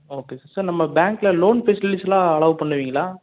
okay sir sir நம்ம பேங்க்கில் loan ஃபெசிலிட்டிஸ்லாம் அல்லோவ் பண்ணுவிங்களா